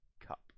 cup